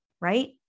Right